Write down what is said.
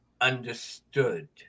understood